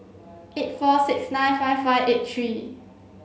eight four six nine five five eight three